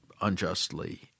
unjustly